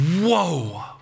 whoa